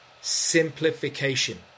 simplification